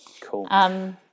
Cool